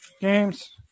games